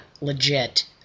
legit